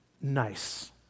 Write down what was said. nice